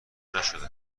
نشده